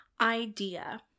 idea